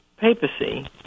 papacy